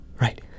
Right